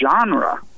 genre